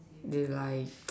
they lied